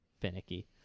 finicky